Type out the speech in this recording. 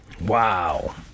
wow